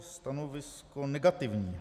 Stanovisko negativní.